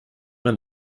man